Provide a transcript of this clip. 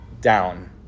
down